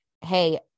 hey